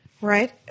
Right